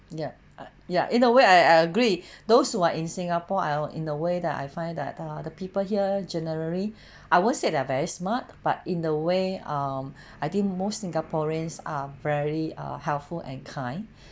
ya ya in a way I I agree those who are in singapore are in a way that I find that ah the people here generally I won't say they're very smart but in the way um I think most singaporeans are very ah helpful and kind